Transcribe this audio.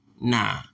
Nah